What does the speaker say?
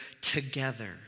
together